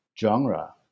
genre